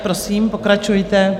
Prosím, pokračujte.